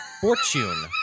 Fortune